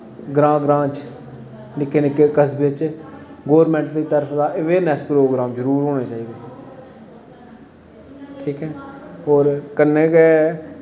ग्रांऽ ग्रांऽ च निक्के निक्के कसवें च गौरमैंट दी तरफ दा अवेयरनैसेस प्रोग्राम होने चाहिदे लेकिन होर कन्नै गै